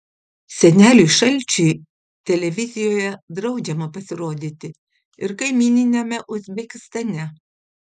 seneliui šalčiui televizijoje draudžiama pasirodyti ir kaimyniniame uzbekistane